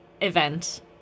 event